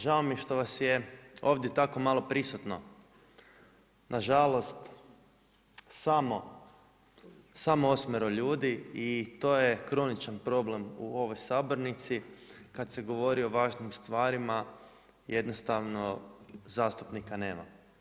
Žao mi je što vas je ovdje tako malo prisutno, nažalost samo osmero ljudi to je kroničan problem u ovoj sabornici kada se govori o važnim stvarima jednostavno zastupnika nema.